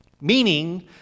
meaning